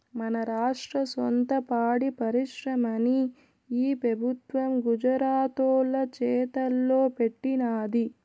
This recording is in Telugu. మన రాష్ట్ర సొంత పాడి పరిశ్రమని ఈ పెబుత్వం గుజరాతోల్ల చేతల్లో పెట్టినాది